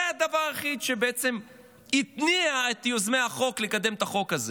זה הדבר היחיד שבעצם התניע את יוזמי החוק לקדם את החוק הזה.